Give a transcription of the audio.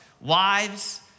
wives